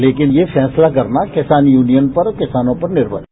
लेकिन यह फैसला करना किसान यूनियन पर और किसानों पर निर्मर है